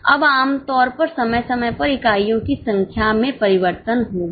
अब आम तौर पर समय समय पर इकाइयों की संख्या में परिवर्तन होगा